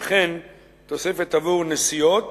וכן תוספת עבור נסיעות,